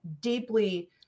deeply